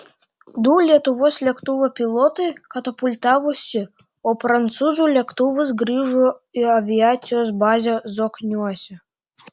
du lietuvos lėktuvo pilotai katapultavosi o prancūzų lėktuvas grįžo į aviacijos bazę zokniuose